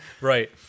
Right